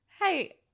hey